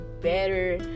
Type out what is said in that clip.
better